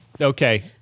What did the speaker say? Okay